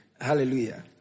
Hallelujah